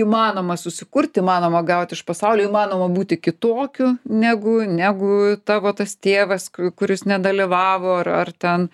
įmanoma susikurt įmanoma gaut iš pasaulio įmanoma būti kitokiu negu negu tavo tas tėvas ku kuris nedalyvavo ar ar ten